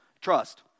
Trust